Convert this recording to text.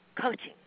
coaching